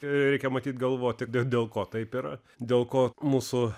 reikia matyt galvoti dėl ko taip yra dėl ko mūsų